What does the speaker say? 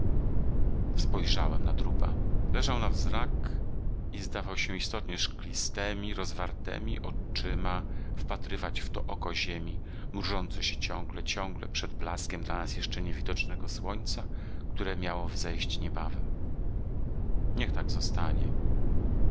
spojrzałem na trupa leżał na wznak i zdawał się istotnie szklistemi rozwartemi oczyma wpatrywać w to oko ziemi mrużące się ciągle ciągle przed blaskiem dla nas jeszcze niewidocznego słońca które miało wzejść niebawem niech tak zostanie